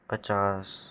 पचास